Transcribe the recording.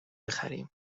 بخریم